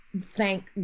thank